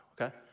okay